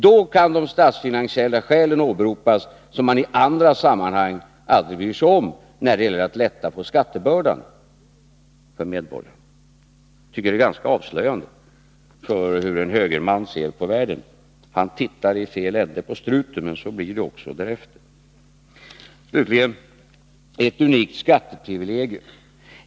Då kan de statsfinansiella skäl åberopas som man i andra sammanhang aldrig bryr sig om när det gäller att lätta på skattebördan för medborgarna. Jag tycker det är ganska avslöjande för hur en högerman ser på världen. Han tittar i fel ände på struten, och då blir det också därefter. Slutligen har det talats om ett unikt skatteprivilegium.